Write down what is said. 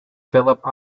phillip